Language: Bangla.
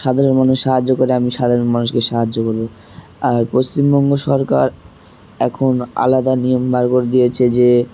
সাধারণ মানুষ সাহায্য করে আমি সাধারণ মানুষকে সাহায্য করব আর পশ্চিমবঙ্গ সরকার এখন আলাদা নিয়ম বার করে দিয়েছে যে